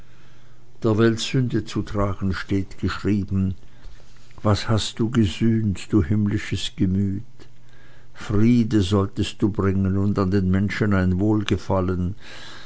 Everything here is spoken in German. der welt sünde zu tragen steht geschrieben was hast du gesühnt du himmlisches gemüt friede solltest du bringen und an den menschen ein wohlgefallen